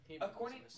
according